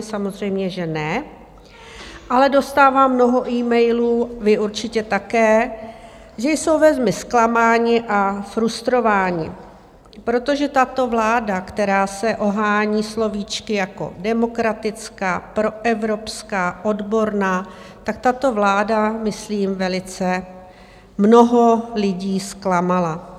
Samozřejmě že ne, ale dostávám mnoho emailů, vy určitě také, že jsou velmi zklamáni a frustrováni, protože tato vláda, která se ohání slovíčky jako demokratická, proevropská, odborná, tak tato vláda myslím velice mnoho lidí zklamala.